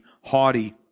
haughty